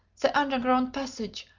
the underground passage!